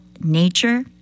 nature